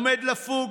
עומדים לפוג.